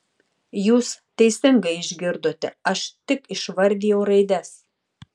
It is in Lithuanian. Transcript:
jūs teisingai išgirdote aš tik išvardijau raides